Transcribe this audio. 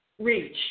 reach